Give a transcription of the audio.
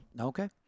Okay